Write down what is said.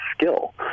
skill